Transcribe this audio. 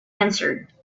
answered